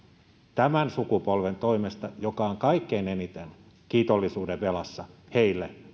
tämän sukupolven toimesta joka on kaikkein eniten kiitollisuudenvelassa heille